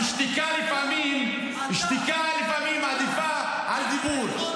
ושתיקה לפעמים עדיפה על דיבור.